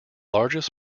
largest